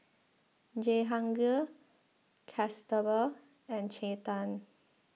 Jehangirr Kasturba and Chetan